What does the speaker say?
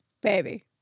Baby